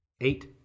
eight